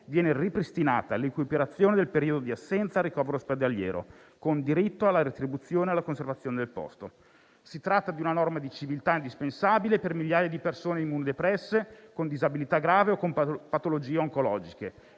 viene ripristinata l'equiparazione del periodo di assenza al ricovero ospedaliero, con diritto alla retribuzione e alla conservazione del posto. Si tratta di una norma di civiltà indispensabile per migliaia di persone immunodepresse, con disabilità gravi e con patologie oncologiche,